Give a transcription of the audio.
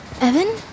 Evan